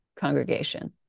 congregation